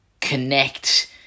connect